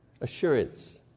assurance